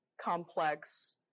complex